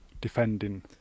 defending